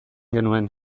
genuen